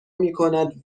میکند